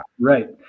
Right